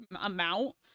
amount